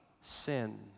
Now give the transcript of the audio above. sin